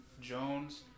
Jones